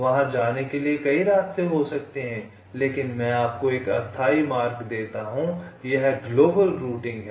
वहाँ जाने के लिए कई रास्ते हो सकते हैं लेकिन मैं आपको एक अस्थायी मार्ग देता हूँ यह ग्लोबल रूटिंग है